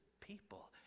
people